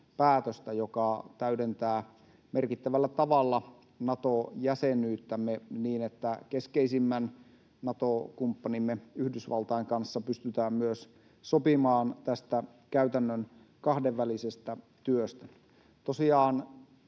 päätöstä, joka täydentää merkittävällä tavalla Nato-jäsenyyttämme niin, että keskeisimmän Nato-kumppanimme Yhdysvaltain kanssa pystytään myös sopimaan tästä käytännön kahdenvälisestä työstä. Tosiaan